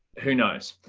who knows?